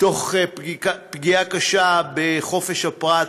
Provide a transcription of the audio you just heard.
תוך פגיעה קשה בחופש הפרט,